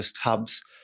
hubs